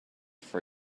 for